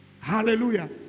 Hallelujah